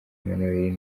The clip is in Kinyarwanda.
emmanuel